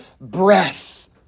breath